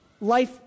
life